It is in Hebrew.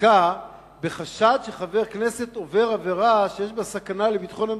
עסקה בחשד שחבר כנסת עובר עבירה שיש בה סכנה לביטחון המדינה.